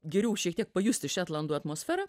geriau šiek tiek pajusti šetlandų atmosferą